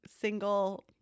single